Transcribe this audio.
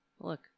Look